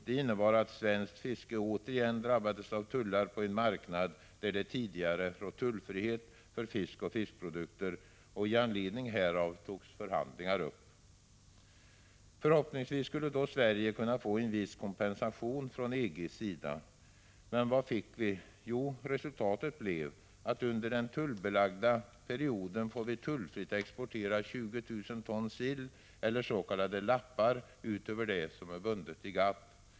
Det innebar att svenskt fiske återigen drabbades av tullar på en marknad där det tidigare rått tullfrihet för fisk och fiskprodukter, och i anledning härav togs förhandlingar upp. Förhoppningsvis skulle då Sverige kunna få en viss kompensation från EG:s sida. Men vad fick vi? Jo, resultatet blev att under den tullbelagda perioden får vi tullfritt exportera 20 000 ton sill eller s.k. lappar utöver det som är bundet i GATT.